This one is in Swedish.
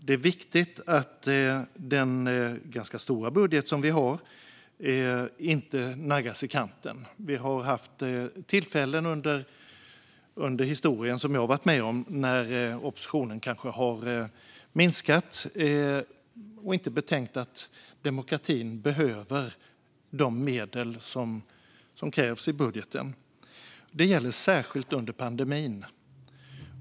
Det är viktigt att den ganska stora budget som vi har inte naggas i kanten. Vi har haft tillfällen under historien, som jag har varit med om, när oppositionen kanske har minskat anslagen och inte betänkt att demokratin behöver de medel som krävs i budgeten. Det gäller särskilt under pandemin.